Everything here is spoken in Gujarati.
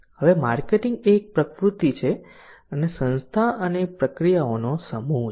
હવે માર્કેટિંગ એ એક પ્રવૃત્તિ છે અને સંસ્થા અને પ્રક્રિયાઓનો સમૂહ છે